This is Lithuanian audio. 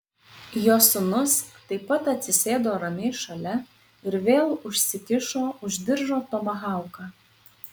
jo sūnus taip pat atsisėdo ramiai šalia ir vėl užsikišo už diržo tomahauką